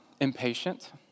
impatient